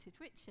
richard